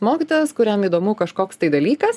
mokytojas kuriam įdomu kažkoks tai dalykas